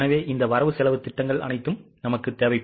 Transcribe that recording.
எனவே இந்த வரவு செலவுத் திட்டங்கள் அனைத்தும் தேவை